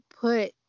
put